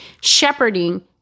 shepherding